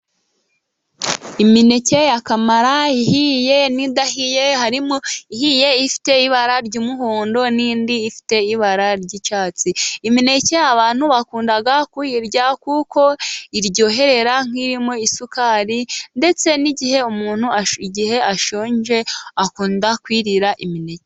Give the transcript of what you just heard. Imineke ya kamara ihiye n'idahiye harimo ihiye ifite ibara ry'umuhondo n'indi ifite ibara ry'icyatsi. Imineke abantu bakunda kuyirya kuko iryohera nk'irimo isukari ndetse n'igihe umuntu igihe ashonje akunda kwirira imineke.